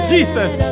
Jesus